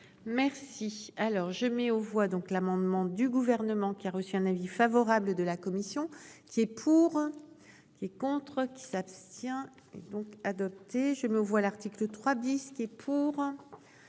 Merci. Alors je mets aux voix donc l'amendement du gouvernement qui a reçu un avis favorable de la commission. Qui est pour. Qui est contre qui s'abstient et donc adopté. Je me vois l'article 3 bis qui est pour.